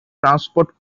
transport